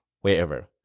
wherever